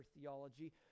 theology